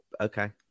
Okay